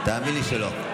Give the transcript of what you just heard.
תאמין לי שלא.